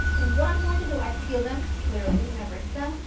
and what i'm going to do, i've peeled them, clearly, and i've rinsed them,